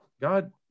God